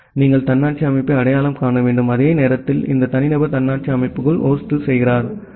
எனவே நீங்கள் தன்னாட்சி அமைப்பை அடையாளம் காண வேண்டும் அதே நேரத்தில் இந்த தனிநபர் தன்னாட்சி அமைப்புக்குள் ஹோஸ்ட் செய்கிறார்